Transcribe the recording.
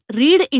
read